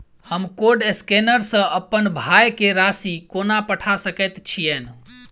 हम code scanner सँ अप्पन भाय केँ राशि कोना पठा सकैत छियैन?